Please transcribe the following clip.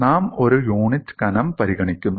നാം ഒരു യൂണിറ്റ് കനം പരിഗണിക്കുന്നു